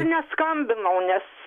neskambinau nes